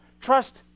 Trust